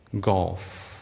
golf